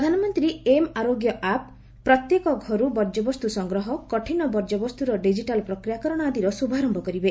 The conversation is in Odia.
ପ୍ରଧାନମନ୍ତ୍ରୀ ଏମ୍ ଆରୋଗ୍ୟ ଆପ୍ ପ୍ରତ୍ୟେକ ଘରୁ ବର୍ଜ୍ୟବସ୍ତୁ ସଂଗ୍ରହ କଠିନ ବର୍ଜ୍ୟବସ୍ତୁର ଡିଜିଟାଲ ପ୍ରକ୍ରିୟାକରଣ ଆଦିର ଶୁଭାରମ୍ଭ କରିବେ